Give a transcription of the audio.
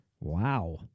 Wow